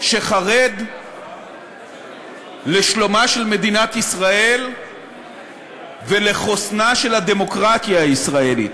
שחרד לשלומה של מדינת ישראל ולחוסנה של הדמוקרטיה הישראלית.